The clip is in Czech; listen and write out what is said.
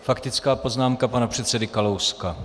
Faktická poznámka pana předsedy Kalouska.